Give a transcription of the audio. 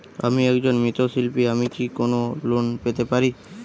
আমি একজন মৃৎ শিল্পী আমি কি কোন লোন পেতে পারি?